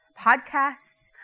podcasts